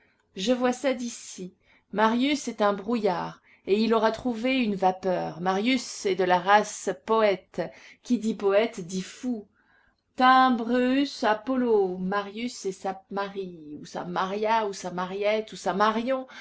je vois ça d'ici marius est un brouillard et il aura trouvé une vapeur marius est de la race poète qui dit poète dit fou tymbroeus apollo marius et sa marie ou sa maria ou sa mariette ou sa marion